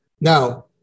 Now